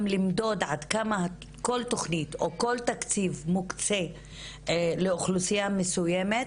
למדוד עד כמה כל תוכנית או כל תקציב מוקצה לאוכלוסיה מסויימת,